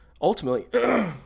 ultimately